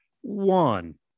one